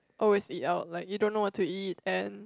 always eat out like you don't know what to eat and